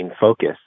focus